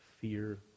fear